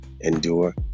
endure